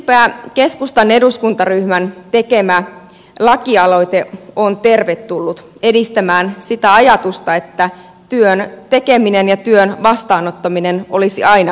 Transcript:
siksipä keskustan eduskuntaryhmän tekemä lakialoite on tervetullut edistämään sitä ajatusta että työn tekeminen ja työn vastaanottaminen olisi aina kannatettavaa